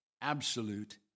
absolute